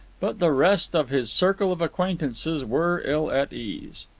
but the rest of his circle of acquaintances were ill at ease.